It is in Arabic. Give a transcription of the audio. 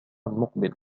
المقبل